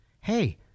hey